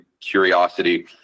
curiosity